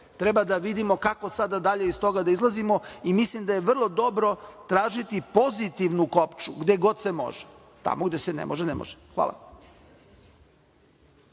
Treba da vidimo kako sada dalje iz toga da izlazimo i mislim da je vrlo dobro tražiti pozitivnu kopču gde god se može. Tamo gde se ne može, ne može. Hvala.